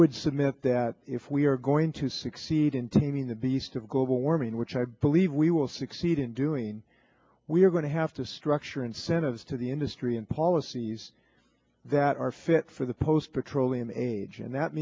would submit that if we are going to succeed in taming the beast of global warming which i believe we will succeed in doing we are going to have to structure incentives to the industry and policies that are fit for the post petroleum age and that